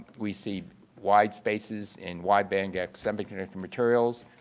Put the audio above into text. we see wide spaces in wide band-gap semiconductor materials.